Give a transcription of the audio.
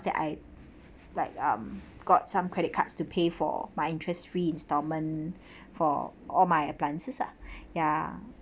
that I like um got some credit cards to pay for my interest free installment for all my appliances ah ya